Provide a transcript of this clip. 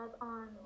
on